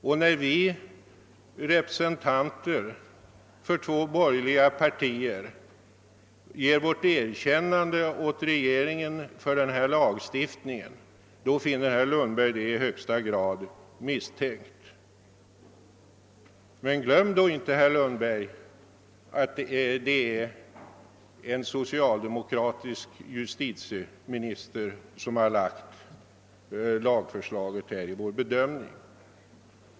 Och när vi representanter för två borgerliga partier ger vårt erkännande åt regeringen för denna lagstiftning, så finner herr Lundberg det i högsta grad misstänkt. Men glöm då inte, herr Lundberg, att det är en socialdemokratisk justitieminister som har lagt fram lagförslaget till vår bedömning.